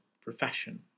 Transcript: profession